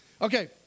Okay